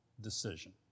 decision